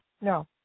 No